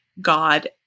God